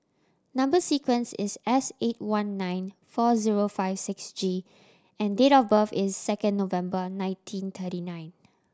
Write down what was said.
number sequence is S eight one nine four zero five six G and date of birth is second November nineteen thirty nine